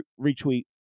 retweet